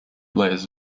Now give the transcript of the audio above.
layers